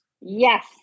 Yes